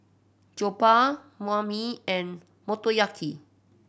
Jokbal Banh Mi and Motoyaki